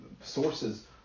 sources